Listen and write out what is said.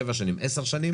שבע שנים ו-10 שנים,